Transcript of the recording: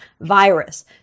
virus